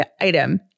item